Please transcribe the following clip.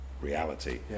reality